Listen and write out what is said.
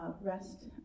rest